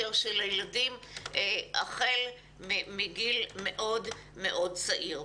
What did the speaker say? של הילדים החל מגיל מאוד מאוד צעיר.